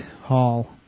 Hall